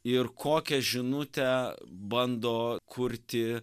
ir kokią žinutę bando kurti